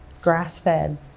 grass-fed